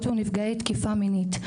לנפגעות ונפגעי תקיפה מינית,